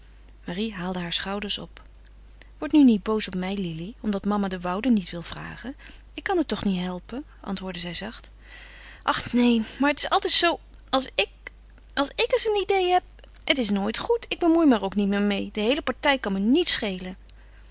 marie haalde haar schouders op wordt nu niet boos op mij lili omdat mama de woude niet wil vragen ik kan het toch niet helpen antwoordde zij zacht ach neen maar het is altijd zoo als ik als ik eens een idée heb het is nooit goed ik bemoei me er ook niet meer meê de heele partij kan me niets schelen